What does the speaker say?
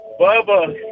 Bubba